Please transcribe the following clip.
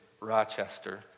Rochester